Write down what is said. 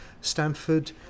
Stanford